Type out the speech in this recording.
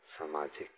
सामाजिक